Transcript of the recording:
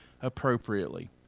appropriately